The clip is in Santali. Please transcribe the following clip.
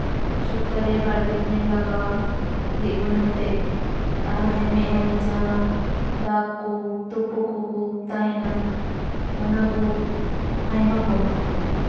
ᱥᱚᱯᱛᱟᱨᱮ ᱵᱟᱨ ᱯᱮ ᱫᱤᱱᱮᱢ ᱞᱟᱜᱟᱣᱟ ᱨᱤᱫ ᱜᱩᱸᱰᱟᱹ ᱠᱟᱛᱮᱜ ᱛᱟᱦᱞᱮ ᱢᱮᱫᱦᱟ ᱨᱮ ᱡᱟᱦᱟᱸ ᱫᱟᱜ ᱠᱚ ᱛᱩᱯᱩᱫ ᱠᱚᱠᱚ ᱛᱟᱦᱮᱱᱟ ᱚᱱᱟ ᱠᱚ ᱟᱭᱢᱟ ᱠᱚᱢᱚᱜᱼᱟ